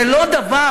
זה לא דבר,